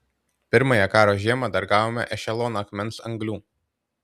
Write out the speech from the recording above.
pirmąją karo žiemą dar gavome ešeloną akmens anglių